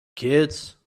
kids